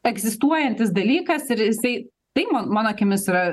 egzistuojantis dalykas ir jisai tai man mano akimis yra